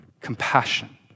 compassion